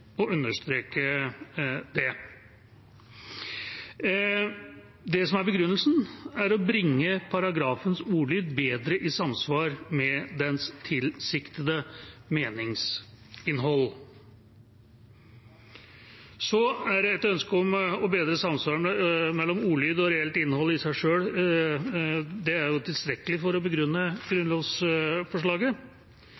understreke det. Det som er begrunnelsen, er «å bringe paragrafens ordlyd bedre i samsvar med dens tilsiktede meningsinnhold». Et ønske om å bedre samsvaret mellom ordlyd og reelt innhold er i seg selv tilstrekkelig for å begrunne grunnlovsforslaget, men det er